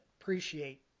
appreciate